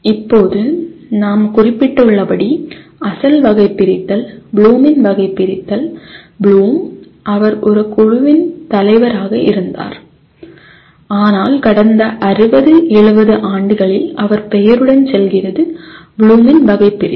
இப்போது நாம் குறிப்பிட்டுள்ளபடி அசல் வகைபிரித்தல் ப்ளூமின் வகைபிரித்தல் ப்ளூம் அவர் ஒரு குழுவின் தலைவராக இருந்தார் ஆனால் கடந்த 60 70 ஆண்டுகளில் அவர் பெயருடன் செல்கிறது ப்ளூமின் வகைபிரித்தல்